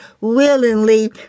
willingly